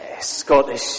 Scottish